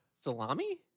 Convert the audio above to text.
salami